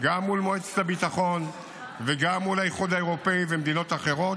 גם מול מעצת הביטחון וגם מול האיחוד האירופי ומדינות אחרות.